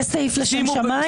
זה סעיף לשם שמיים?